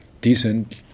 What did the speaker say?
decent